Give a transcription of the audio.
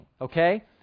okay